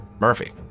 Murphy